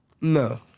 No